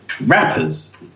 rappers